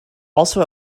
also